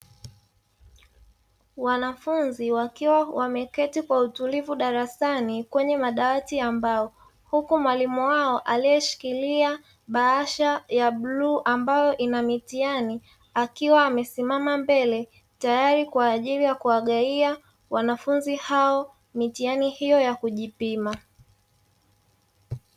Wanafunzi wakiwa wameketi kwa utulivu darasani kwenye madawati ya mbao, huku mwalimu wao aliyeshikilia bahasha ya bluu ambayo ina mitihani akiwa amesimama mbele, tayari kwa ajili ya kuwagawia wanafunzi hao mitihani hiyo ya kujipima.